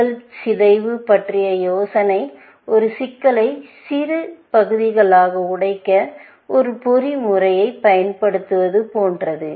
சிக்கல் சிதைவு பற்றிய யோசனை ஒரு சிக்கலை சிறு பகுதிகளாக உடைக்க ஒரு பொறி முறையைப் பயன்படுத்துவது போன்றது